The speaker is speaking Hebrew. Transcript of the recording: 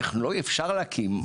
טכנולוגיה אפשר להקים.